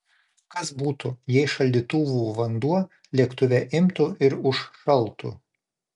kas būtų jei šaldytuvų vanduo lėktuve imtų ir užšaltų